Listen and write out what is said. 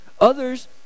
Others